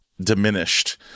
diminished